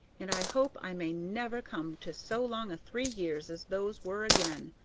and i hope i may never come to so long a three years as those were again,